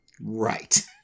Right